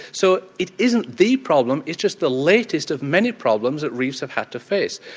so it isn't the problem, it's just the latest of many problems that reefs have had to face.